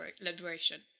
Liberation